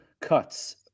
cuts